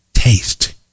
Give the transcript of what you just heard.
taste